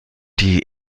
die